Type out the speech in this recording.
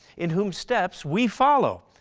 in whose steps we follow,